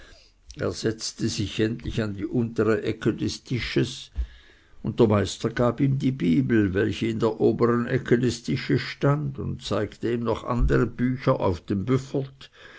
er setzte sich endlich an die untere ecke des tisches und der meister gab ihm die bibel welche in der obern ecke des tisches stand und zeigte ihm noch andere bücher auf dem buffert